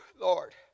Lord